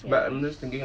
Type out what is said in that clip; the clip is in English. yes